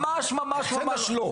ממש ממש ממש לא.